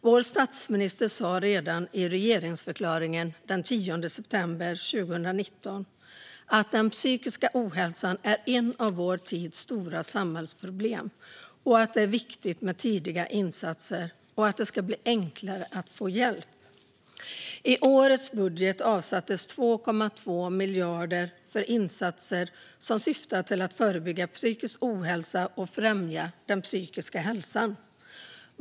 Vår statsminister sa redan i regeringsförklaringen den 10 september 2019 att den psykiska ohälsan är ett av vår tids stora samhällsproblem, att det är viktigt med tidiga insatser och att det ska bli enklare att få hjälp. I årets budget avsattes 2,2 miljarder kronor för insatser som syftar till att förebygga psykisk ohälsa och främja den psykiska hälsan.